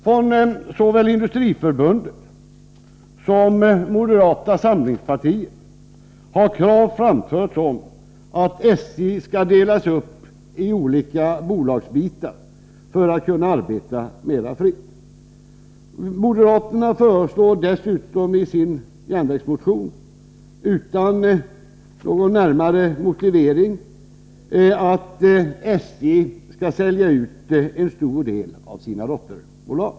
Från såväl Industriförbundet som moderata samlingspartiet har krav framförts på att SJ skall delas uppi olika bolag för att man skall kunna arbeta mer fritt. Moderaterna föreslår dessutom i sin järnvägsmotion, utan närmare motivering, att SJ skall sälja ut en stor del av sina dotterbolag.